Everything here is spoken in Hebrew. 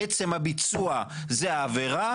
עצם הביצוע זו העבירה,